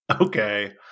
okay